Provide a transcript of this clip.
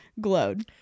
glowed